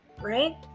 Right